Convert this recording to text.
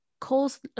cause